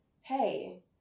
hey